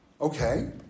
Okay